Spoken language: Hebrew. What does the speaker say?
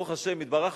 ברוך השם התברכנו,